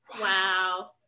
wow